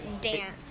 dance